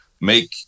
make